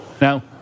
Now